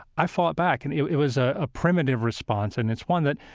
i fought back. and it it was ah a primitive response and it's one that,